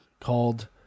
called